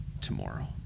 tomorrow